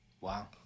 Wow